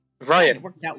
Ryan